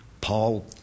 paul